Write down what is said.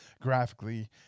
graphically